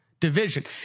division